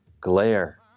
glare